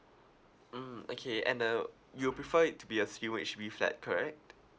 mm okay and uh you'll prefer it to be a silver H_D_B flat correct